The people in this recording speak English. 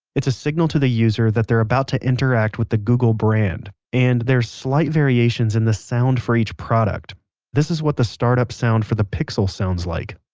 it's a signal to the user that they're about to interact with the google brand and there's slight variations in the sound for each product this is what the startup sound for the pixel sounds like.